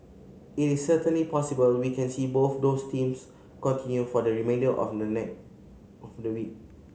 it is certainly possible we can see both those themes continue for the remainder of the of the week